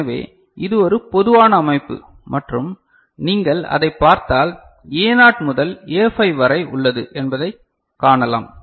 எனவே இது ஒரு பொதுவான அமைப்பு மற்றும் நீங்கள் அதைப் பார்த்தால் Aனாட் முதல் A5 வரை உள்ளது என்பதைக் காணலாம்